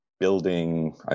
Building